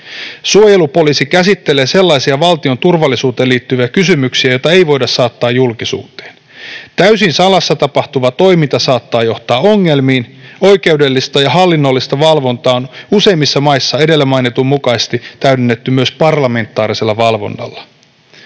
Suojelupoliisi käsittelee sellaisia valtion turvallisuuteen liittyviä kysymyksiä, joita ei voida saattaa julkisuuteen. Täysin salassa tapahtuva toiminta saattaa johtaa ongelmiin. Oikeudellista ja hallinnollista valvontaa on useimmissa maissa edellä mainitun mukaisesti täydennetty myös parlamentaarisella valvonnalla.